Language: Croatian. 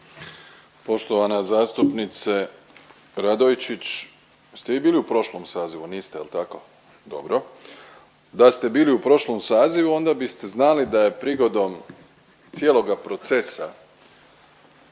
Poštovana zastupnice RAdojčić. Jeste vi bili u prošlom sazivu? Niste jel tako? Dobro, da ste bili u prošlom sazivu onda biste znali da je prigodom cijeloga procesa